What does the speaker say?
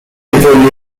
report